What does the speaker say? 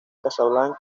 casablanca